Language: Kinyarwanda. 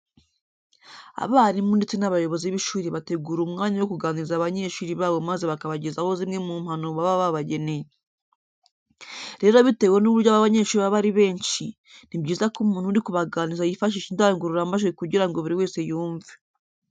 Abarimu ndetse n'abayobozi b'ishuri bategura umwanya wo kuganiriza abanyeshuri babo maze bakabagezaho zimwe mu mpanuro baba babageneye. Rero bitewe n'uburyo aba banyeshuri baba ari benshi, ni byiza ko umuntu uri kubaganiriza yifashisha indangururamajwi kugira ngo buri wese yumve.